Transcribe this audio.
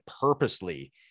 purposely